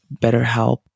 BetterHelp